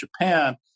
Japan